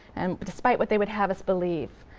and despite what they would have us believe.